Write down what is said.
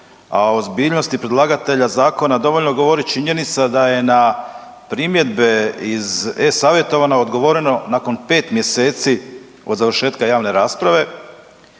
a o ozbiljnosti predlagatelja zakona dovoljno govori činjenica da je na primjedbe iz e-savjetovanja odgovoreno nakon 5 mjeseci od završetka javne rasprave